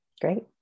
Great